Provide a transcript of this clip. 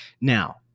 Now